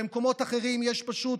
במקומות אחרים יש פשוט